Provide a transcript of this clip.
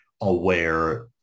aware